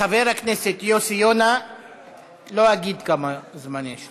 חבר הכנסת איימן עודה ביקש